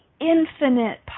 infinite